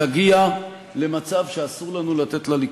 תגיע למצב שאסור לנו לתת לו לקרות.